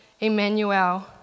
Emmanuel